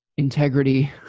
Integrity